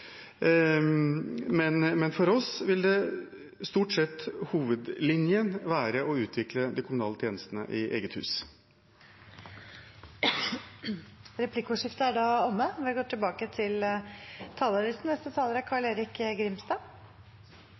Men for oss vil stort sett hovedlinjen være å utvikle de kommunale tjenestene i eget hus. Replikkordskiftet er omme. Ved framleggingen av dette budsjettet er det igjen grunn til